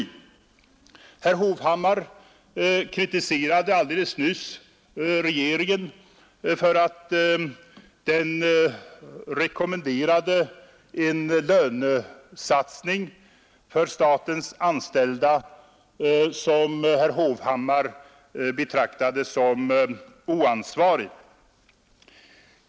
Herr Hovhammar kritiserade alldeles nyss regeringen för att den rekommenderat en lönesatsning för statens anställda som herr Hovhammar betraktade som oansvarig.